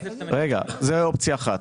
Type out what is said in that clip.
זו אופציה אחת.